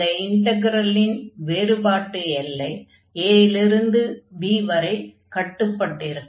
இந்த இன்டக்ரலின் வேறுபாட்டு எல்லை a இல் இருந்து b வரை கட்டுப்பட்டிருக்கும்